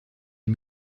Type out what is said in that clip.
est